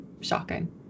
shocking